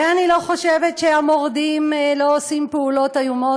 ואני לא חושבת שהמורדים לא עושים פעולות איומות,